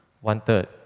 one-third